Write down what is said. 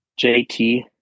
JT